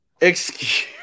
Excuse